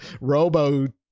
robo